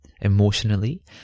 emotionally